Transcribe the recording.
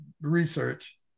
research